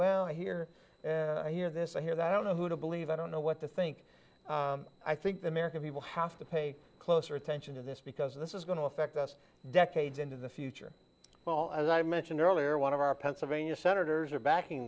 well here hear this i hear that i don't know who to believe i don't know what to think i think the american people have to pay closer attention to this because this is going to affect us decades into the future well as i mentioned earlier one of our pennsylvania senators are backing